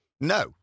No